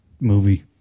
movie